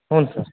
ಹ್ಞೂ ಸರ್